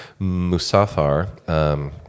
Musafar